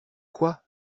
quoi